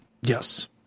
Yes